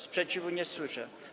Sprzeciwu nie słyszę.